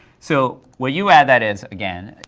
so where you add that is, again,